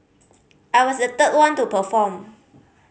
I was the third one to perform